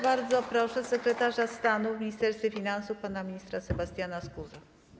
Bardzo proszę sekretarza stanu w Ministerstwie Finansów pana ministra Sebastiana Skuzę.